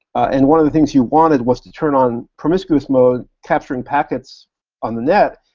and one of the things you wanted was to turn on promiscuous mode, capturing packets on the net,